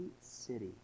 city